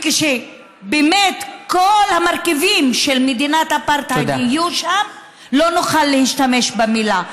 וכשבאמת כל המרכיבים של מדינת אפרטהייד יהיו שם לא נוכל להשתמש במילה.